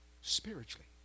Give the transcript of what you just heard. spiritually